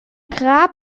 grab